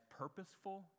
purposeful